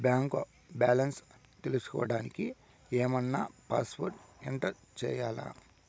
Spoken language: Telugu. బ్యాంకు బ్యాలెన్స్ తెలుసుకోవడానికి ఏమన్నా పాస్వర్డ్ ఎంటర్ చేయాలా?